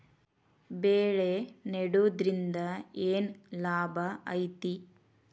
ಬೆಳೆ ನೆಡುದ್ರಿಂದ ಏನ್ ಲಾಭ ಐತಿ?